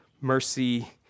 mercy